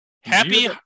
Happy